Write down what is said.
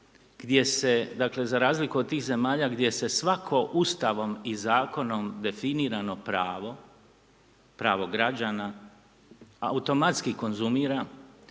gdje se, dakle, za razliku od tih zemalja, gdje se svako Ustavom i Zakonom definirano pravo, pravo građana automatski konzumira.